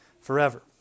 forever